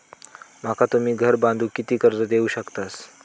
माका तुम्ही घर बांधूक किती कर्ज देवू शकतास?